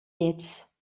gliez